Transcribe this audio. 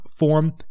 Form